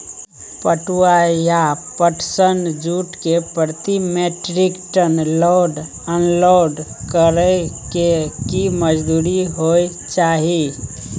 पटुआ या पटसन, जूट के प्रति metric ton load unload करै के की मजदूरी होय चाही?